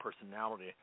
personality